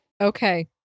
Okay